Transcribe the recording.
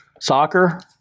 Soccer